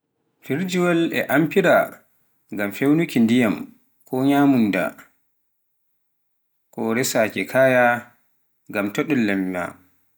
firjiwal e amfira ngam fewnunki ndiyam, ko nyamunda ko resakaa kaya ngam to ɗun lamma.